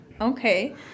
Okay